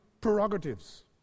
prerogatives